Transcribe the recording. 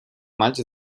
maig